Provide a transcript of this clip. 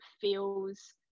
feels